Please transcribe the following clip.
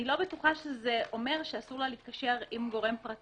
אני לא בטוחה שזה אומר שאסור לה להתקשר עם גורם פרטי.